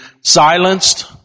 silenced